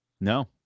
No